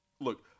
Look